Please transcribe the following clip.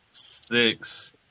Six